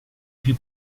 più